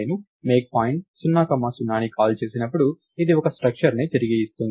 నేను make point 0 comma 0 ని call చేసినప్పుడు ఇది ఒక స్ట్రక్చర్ని తిరిగి ఇస్తుంది